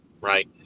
Right